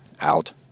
out